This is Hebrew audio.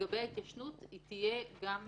שלגביה התיישנות תהיה לא